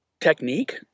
technique